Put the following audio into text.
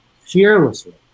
fearlessly